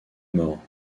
mort